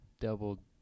double